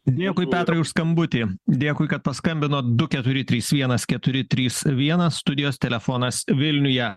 dėkui petrai už skambutį dėkui kad paskambinot du keturi trys vienas keturi trys vienas studijos telefonas vilniuje